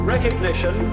Recognition